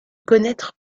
connaître